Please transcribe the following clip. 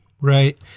Right